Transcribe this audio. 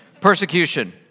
persecution